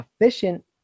efficient